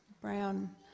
Brown